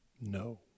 No